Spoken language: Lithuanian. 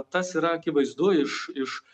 tas yra akivaizdu iš iš